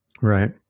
Right